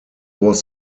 was